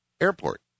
airport